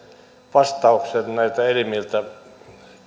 vastauksen näiltä elimiltä